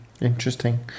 Interesting